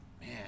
man